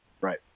Right